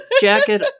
jacket